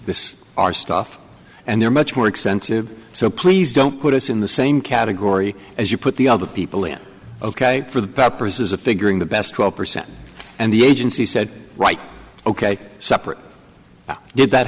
this our stuff and they're much more expensive so please don't put us in the same category as you put the other people in ok for the purposes of figuring the best twelve percent and the agency said right ok separate did that